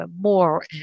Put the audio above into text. more